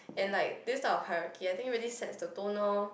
and like this type of hierarchy I think really sets the tone orh